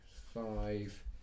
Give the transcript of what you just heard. five